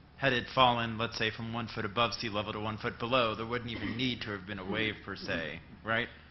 had it fallen, let's say, from one foot above sea level to one foot below, there wouldn't even need to have been a wave, per se, right?